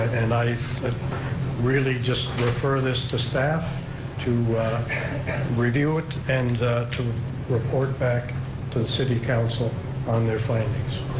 and i really just refer this to staff to review it and to report back to the city council on their findings.